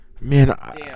Man